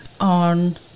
on